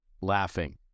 laughing